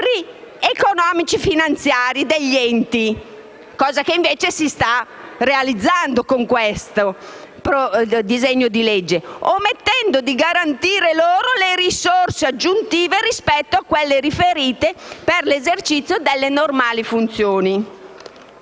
squilibri economici e finanziari degli enti, cosa che invece si sta realizzando con il disegno di legge in esame, omettendo di garantire loro le risorse aggiuntive rispetto a quelle riferite per l'esercizio delle normali funzioni.